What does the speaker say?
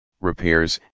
Repairs